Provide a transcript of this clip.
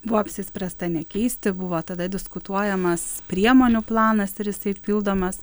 buvo apsispręsta nekeisti buvo tada diskutuojamas priemonių planas ir jisai pildomas